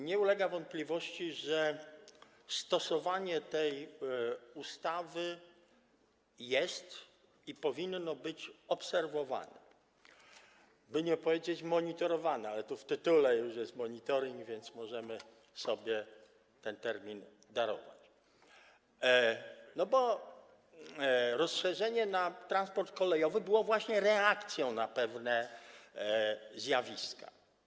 Nie ulega wątpliwości, że stosowanie tej ustawy jest i powinno być obserwowane, by nie powiedzieć: monitorowane - ale to już w tytule jest monitoring, więc możemy sobie ten termin darować - bo rozszerzenie tego o transport kolejowy było właśnie reakcją na pewne zjawiska.